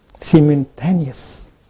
Simultaneous